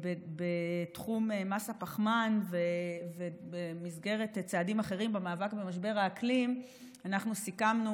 בתחום מס הפחמן ובמסגרת צעדים אחרים במאבק במשבר האקלים אנחנו סיכמנו,